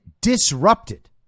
disrupted